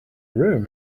room